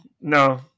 No